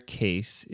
case